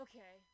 Okay